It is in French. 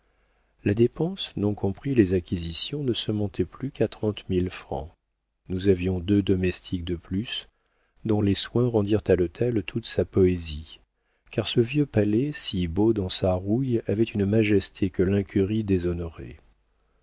la dépense non compris les acquisitions ne se montait plus qu'à trente mille francs nous avions deux domestiques de plus dont les soins rendirent à l'hôtel toute sa poésie car ce vieux palais si beau dans sa rouille avait une majesté que l'incurie déshonorait